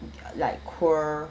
like queer